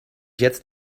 jetzt